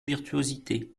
virtuosité